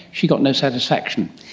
she got no satisfaction.